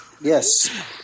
Yes